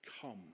come